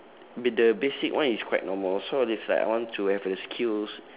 but the basic one is quite normal so it's like I want to have the skills